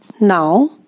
now